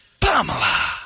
Pamela